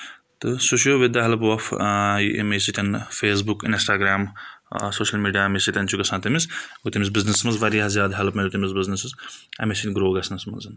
تہٕ سُہ چھُ وِد دَ ہیلپ آف ییٚمہِ سۭتۍ Facebook Instagram social media امہِ سۭتۍ چھُ گژھان تٔمِس گوٚو تٔمِس بِزنِس منٛز واریاہ زیادٕ ہیٚلٕپ ملو تٔمِس بِزنس امہِ سۭتۍ گرو گژھنس منٛز